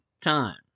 time